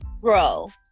grow